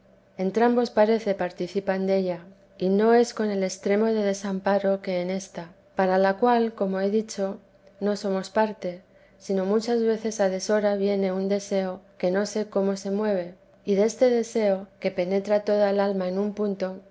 del cuerpo entrambos parece participan della y no es con el extremo de desamparo que en ésta para la cual como he dicho no somos parte sino muchas veces a deshora viene un deseo que no sé cómo se mueve y deste deseo que penetra toda el alma en un punto